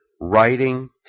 writing